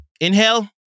Inhale